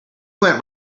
went